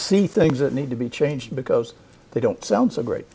see things that need to be changed because they don't sound so great